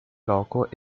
loco